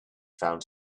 found